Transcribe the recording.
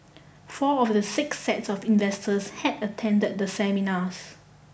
four of the six sets of investors had attend the seminars